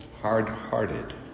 Hard-hearted